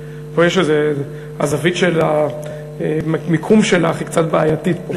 הזווית של המיקום שלך קצת בעייתית.